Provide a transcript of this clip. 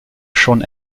schon